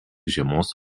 žiemos